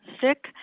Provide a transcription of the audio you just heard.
sick